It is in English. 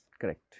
correct